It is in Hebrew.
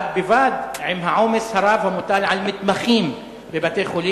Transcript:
וזאת בד בבד עם העומס הרב המוטל על מתמחים בבתי-חולים,